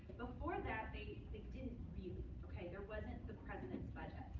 before that, they didn't need it. ok? there wasn't the president's budget.